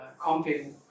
comping